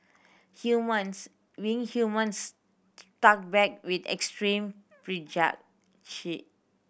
humans being humans struck back with extreme